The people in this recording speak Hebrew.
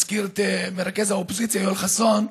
הזכיר את מרכז האופוזיציה יואל חסון,